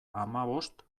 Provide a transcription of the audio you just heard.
hamabost